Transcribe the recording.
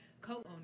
Co-owner